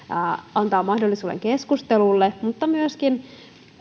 antaa mahdollisuuden keskustelulle mutta myöskin